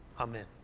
Amen